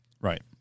Right